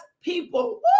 people